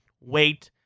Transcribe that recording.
wait